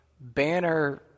banner